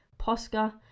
Posca